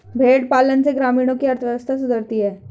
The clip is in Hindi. भेंड़ पालन से ग्रामीणों की अर्थव्यवस्था सुधरती है